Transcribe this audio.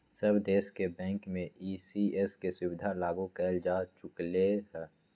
सब देश के बैंक में ई.सी.एस के सुविधा लागू कएल जा चुकलई ह